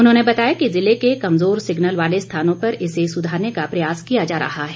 उन्होंने बताया कि जिले के कमजोर सिगनल वाले स्थानों पर इसे सुधारने का प्रयास किया जा रहा है